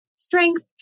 Strength